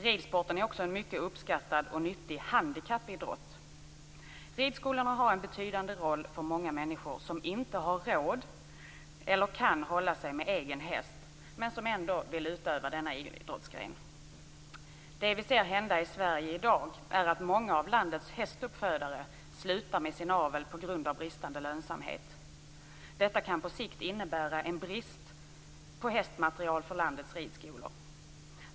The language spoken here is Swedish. Ridsporten är också en mycket uppskattad och nyttig handikappidrott. Ridskolorna har en betydande roll för många människor som inte har råd eller inte kan hålla sig med egen häst, men som ändå vill utöva denna idrottsgren. Det som vi ser hända i Sverige i dag är att många av landets hästuppfödare slutar med sin avel på grund av bristande lönsamhet. Detta kan på sikt innebära en brist på hästmaterial för landets ridskolor.